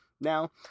now